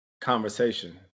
conversation